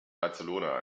barcelona